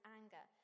anger